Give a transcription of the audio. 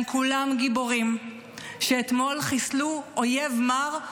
הם כולם גיבורים שאתמול חיסלו אויב מר.